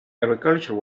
agriculture